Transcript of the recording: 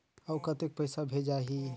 अउ कतेक पइसा भेजाही?